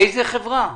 איזו חברה?